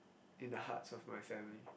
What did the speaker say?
in the hearts of my family